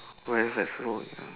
where is that ya